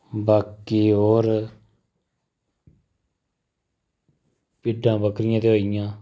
बाकी हेर भिड्डां बक्करियां ता होइयां